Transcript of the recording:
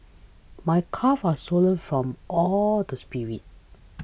my calves are sore from all the sprints